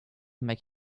make